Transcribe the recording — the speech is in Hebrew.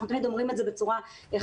אנחנו תמיד אומרים את זה בצורה חד-משמעית.